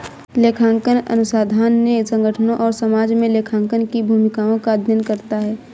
लेखांकन अनुसंधान ने संगठनों और समाज में लेखांकन की भूमिकाओं का अध्ययन करता है